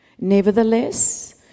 Nevertheless